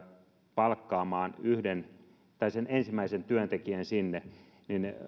palkkaamaan sen ensimmäisen työntekijän sinne niin